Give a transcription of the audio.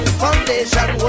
foundation